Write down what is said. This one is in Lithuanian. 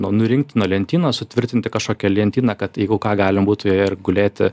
nu nurinkti nuo lentynos sutvirtinti kažkokią lentyną kad jeigu ką galim būtų joje ir gulėti